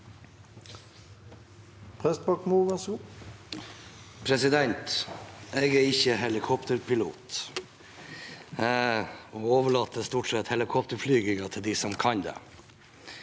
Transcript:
Jeg er ikke heli- kopterpilot og overlater stort sett helikopterflygingen til dem som kan det,